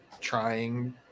trying